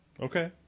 Okay